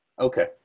Okay